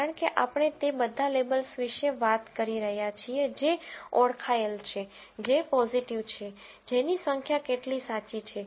કારણ કે આપણે તે બધા લેબલ્સ વિશે વાત કરી રહ્યા છીએ જે ઓળખાયેલ છે જે પોઝીટિવ છે જેની સંખ્યા કેટલી સાચી છે